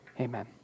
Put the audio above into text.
amen